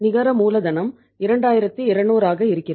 நிகர மூலதனம் 2200 ஆகா இருக்கிறது